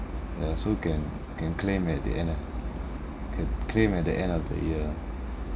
ya so can can claim at the end ah can claim at the end of the year ah